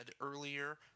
earlier